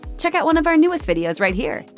check out one of our newest videos right here!